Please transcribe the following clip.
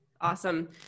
Awesome